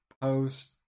post